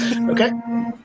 Okay